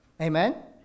Amen